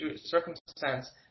circumstance